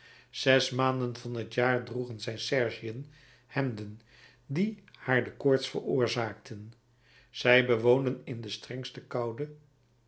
zes maanden van t jaar droegen zij sergieën hemden die haar de koorts veroorzaakten zij bewoonden in de strengste koude